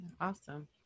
Awesome